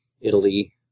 Italy